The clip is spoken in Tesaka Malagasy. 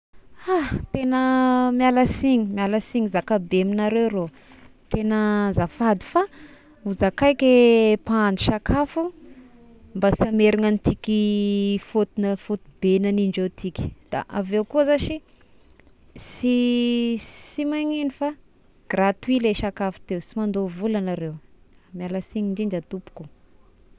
Ah tegna mialasiny, mialasiny zakabe amignareo rô, tena azafady fa hozakaiko eh mpahandro sakafo mba tsy hamerigna anty ky fôtina-fôty be nanidrareo ty ky, da avy eo koa zashy sy-sy magnino fa gratuit le sakafo teo sy mandoa vola iagnareo, mialasiny indrindra tompoko.